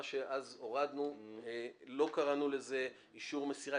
מה שאז הורדנו, לא קראנו לזה אישור מסירה.